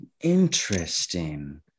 Interesting